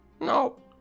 No